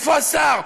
איפה השר?